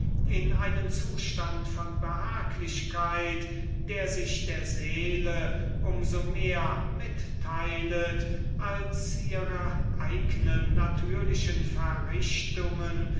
in einen zustand von behaglichkeit der sich der seele um so mehr mitteilet als ihre eigne natürliche verrichtungen